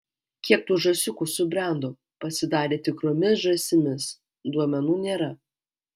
kiek tų žąsiukų subrendo pasidarė tikromis žąsimis duomenų nėra